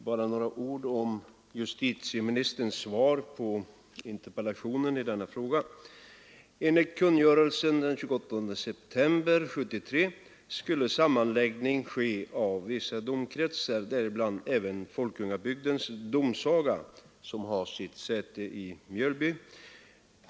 Herr talman! Bara några ord om justitieministerns svar på interpellationen i denna fråga. Enligt kungörelsen av den 28 september 1973 skulle sammanläggning ske av vissa domkretsar, däribland även Folkungabygdens domsaga, som har sitt säte i Mjölby.